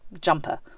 jumper